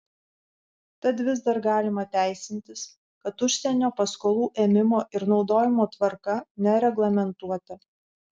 tad vis dar galima teisintis kad užsienio paskolų ėmimo ir naudojimo tvarka nereglamentuota